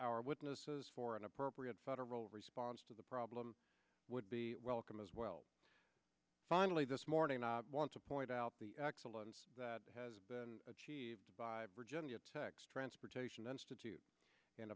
our witnesses for an appropriate federal response to the problem would be welcome as well finally this morning i want to point out the excellence that has been achieved by virginia tech's transportation institute and